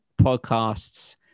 podcasts